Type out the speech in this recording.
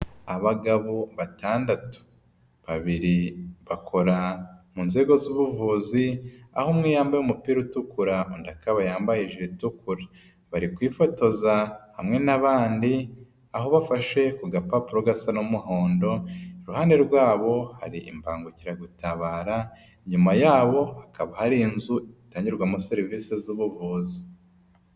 Abagabo batandatu, babiri bakora mu nzego z'ubuvuzi aho umwe yambaye umupira utukura, undi akaba yambaye ijiri itukura. Bari kwifotoza hamwe n'abandi aho bafashe ku gapapuro gasa n'umuhondo, iruhande rwabo hari imbangukiragutabara, inyuma yabo hakaba hari inzu itangirwamo serivisi z'ubuvuzi.